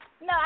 No